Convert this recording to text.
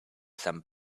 some